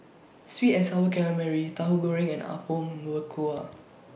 Sweet and Sour Calamari Tahu Goreng and Apom Berkuah